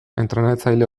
entrenatzaile